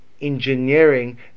engineering